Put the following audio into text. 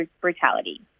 brutality